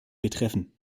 betreffen